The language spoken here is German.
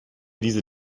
diese